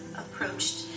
Approached